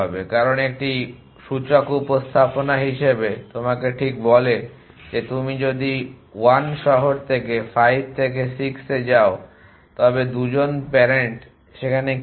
কারণ এটি সূচক উপস্থাপনা হিসাবে তোমাকে ঠিক বলে যে তুমি যদি 1 শহর 5 থেকে 6 থেকে যাও তবে 2 জন প্যারেন্ট সেখানে কী করে